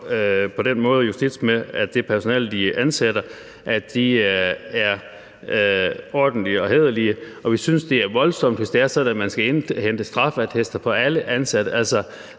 på den måde holder justits med, at det personale, de ansætter, er ordentlige og hæderlige mennesker. Vi synes, det er voldsomt, hvis det er sådan, at man skal indhente straffeattester på alle ansatte. Der